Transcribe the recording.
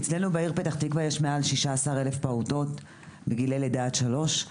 אצלנו בעיר פתח תקווה יש מעל 16 אלף פעוטות בגיל לידה עד שלוש,